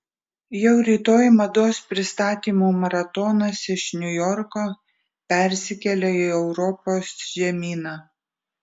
jau rytoj mados pristatymų maratonas iš niujorko persikelia į europos žemyną